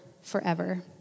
forever